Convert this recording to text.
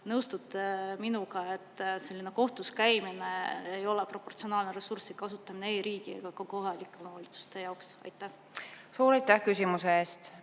nõustute minuga, et selline kohtus käimine ei ole proportsionaalne ressursi kasutamine ei riigi ega ka kohalike omavalitsuste jaoks. Suur aitäh küsimuse eest!